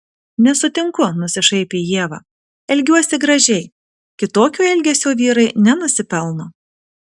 nesutinku nusišaipė ieva elgiuosi gražiai kitokio elgesio vyrai nenusipelno